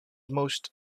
most